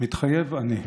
מתחייב אני.